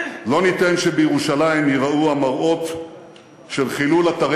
לא ניתן שבירושלים ייראו המראות של חילול אתרי